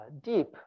deep